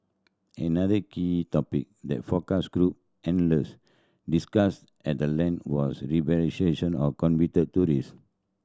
another key topic that focus group attendees discussed at the length was rehabilitation of convicted terrorists